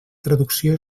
traducció